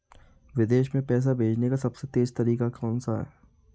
विदेश में पैसा भेजने का सबसे तेज़ तरीका कौनसा है?